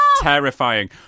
terrifying